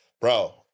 bro